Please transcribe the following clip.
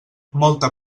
molta